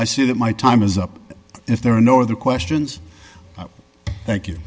that my time is up if there are no other questions thank you